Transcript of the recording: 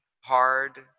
hard